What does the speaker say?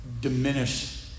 diminish